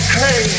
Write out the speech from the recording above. hey